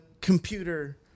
computer